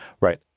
Right